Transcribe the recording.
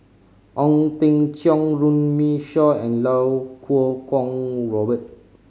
Ong Teng Cheong Runme Shaw and Iau Kuo Kwong Robert